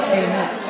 amen